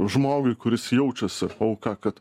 žmogui kuris jaučiasi auka kad